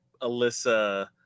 Alyssa